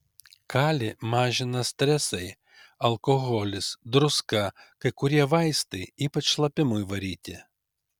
kalį mažina stresai alkoholis druska kai kurie vaistai ypač šlapimui varyti